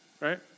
Right